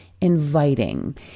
inviting